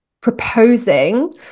proposing